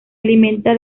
alimenta